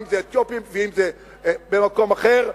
ואם זה אתיופים במקום אחר.